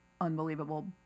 unbelievable